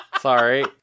Sorry